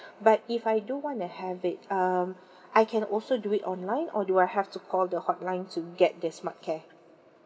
but if I do want to have it um I can also do it online or do I have to call the hotline to get the smart care